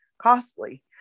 costly